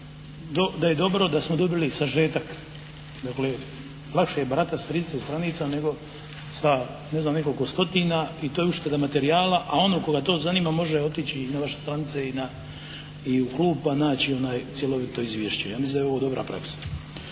da je dobro da smo dobili sažetak, dakle lakše je baratat s 30 stranica nego sa ne znam nekoliko stotina i to je ušteda materijala, a onog koga to zanima može otići i na vaše stranice i u klub pa naći cjelovito izvješće. Ja mislim da je ovo dobra praksa.